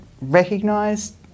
recognised